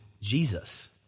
Jesus